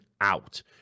out